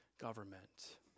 government